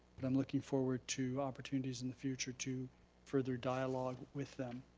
but i'm looking forward to opportunities in the future to further dialogue with them.